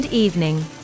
evening